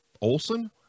Olson